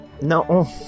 No